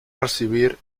recibir